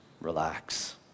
relax